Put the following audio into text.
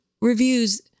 reviews